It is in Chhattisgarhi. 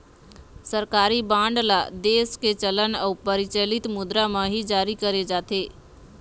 सरकारी बांड ल देश के चलन अउ परचलित मुद्रा म ही जारी करे जाथे